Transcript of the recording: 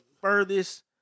furthest